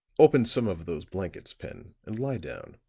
open some of those blankets, pen, and lie down.